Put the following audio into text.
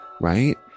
right